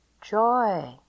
Joy